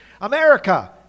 America